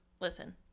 Listen